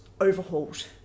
overhauled